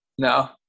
no